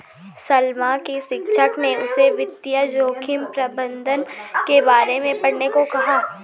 सलमा के शिक्षक ने उसे वित्तीय जोखिम प्रबंधन के बारे में पढ़ने को कहा